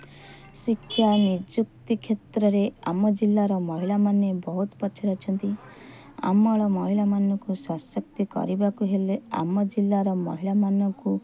ଶିକ୍ଷା ନିଯୁକ୍ତି କ୍ଷେତ୍ରରେ ଆମ ଜିଲ୍ଲାର ମହିଳା ମାନେ ବହୁତ ପଛରେ ଅଛନ୍ତି ଆମର ମହିଳା ମାନଙ୍କ ସଶକ୍ତି କରିବାକୁ ହେଲେ ଆମ ଜିଲ୍ଲାର ମହିଳାମାନଙ୍କୁ